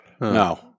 No